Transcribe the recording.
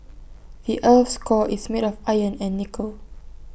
the Earth's core is made of iron and nickel